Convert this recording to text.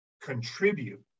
contribute